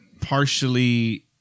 partially